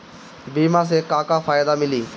बीमा से का का फायदा मिली?